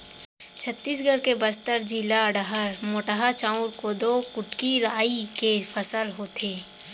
छत्तीसगढ़ के बस्तर जिला डहर मोटहा चाँउर, कोदो, कुटकी, राई के फसल होथे